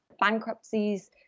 bankruptcies